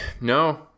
No